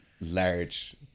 large